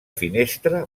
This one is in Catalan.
finestra